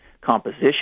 composition